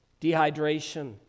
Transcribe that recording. dehydration